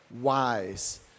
wise